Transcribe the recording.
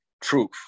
truth